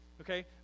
Okay